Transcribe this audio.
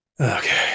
Okay